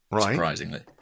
surprisingly